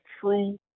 true